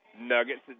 nuggets